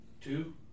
two